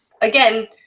again